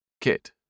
kit